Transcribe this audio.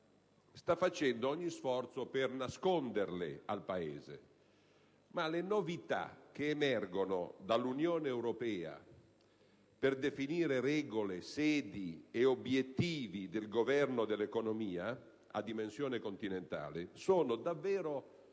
sta facendo ogni sforzo per nasconderle al Paese, ma le novità che emergono dall'Unione europea per definire regole, sedi ed obiettivi del governo dell'economia a dimensione continentale sono davvero molto